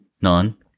none